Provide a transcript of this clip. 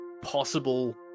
possible